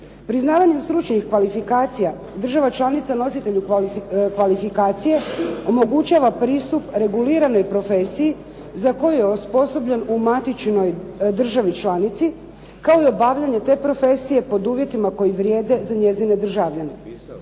Priznavanjem stručnih kvalifikacija, država članica nositelju kvalifikacije omogućava pristup reguliranoj profesiji za koju je osposobljen u matičnoj državi članici kao i obavljanje te profesije pod uvjetima koji vrijede za njezine državljanine.